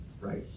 right